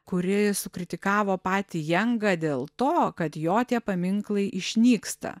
kuri sukritikavo patį jangą dėl to kad jo tie paminklai išnyksta